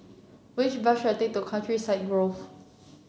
which bus should I take to Countryside Grove